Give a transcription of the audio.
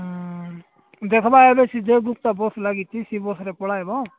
ହୁଁ ଦେଖିବା ଏବେ ସୁଜୟ ଗୁପ୍ତା ବସ୍ ଲାଗିଛି ସେଇ ବସରେ ପଳେଇବ